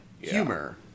humor